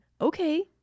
okay